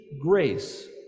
grace